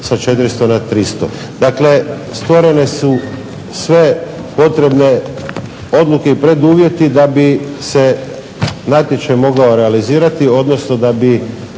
sa 400 na 300. Dakle stvorene su sve potrebne odluke i preduvjeti da bi se natječaj mogao realizirati, odnosno da bi